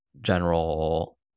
general